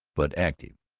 but active.